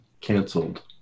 canceled